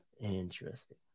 Interesting